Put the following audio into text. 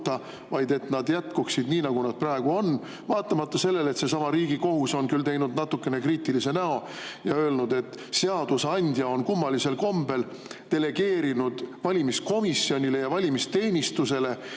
vaid et nad jätkuksid nii, nagu nad praegu on, vaatamata sellele, et seesama Riigikohus on küll teinud natukene kriitilise näo ja öelnud, et seadusandja on kummalisel kombel delegeerinud valimiskomisjonile ja valimisteenistusele